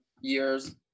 years